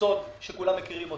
סוד שכולם מכירים אותו.